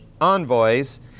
envoys